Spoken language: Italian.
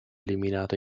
eliminato